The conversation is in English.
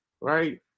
right